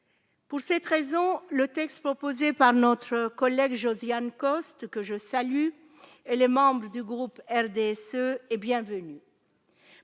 Pour cette raison, le texte proposé par notre collègue Josiane Costes, que je salue et les membres du groupe RDSE et bienvenue,